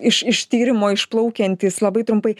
iš iš tyrimo išplaukiantys labai trumpai